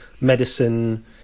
medicine